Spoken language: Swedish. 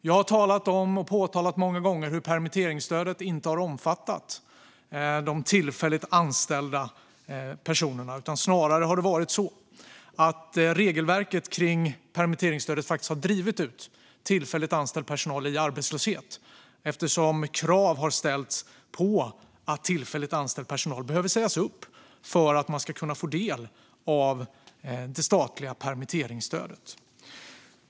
Jag har många gånger talat om hur permitteringsstödet inte har omfattat de tillfälligt anställda personerna. Snarare har det varit så att regelverket kring permitteringsstödet faktiskt har drivit ut tillfälligt anställd personal i arbetslöshet, eftersom krav har ställts på att tillfälligt anställd personal behöver sägas upp för att företaget ska kunna få del av det statliga permitteringsstödet.